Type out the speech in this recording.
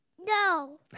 No